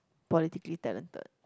politically talented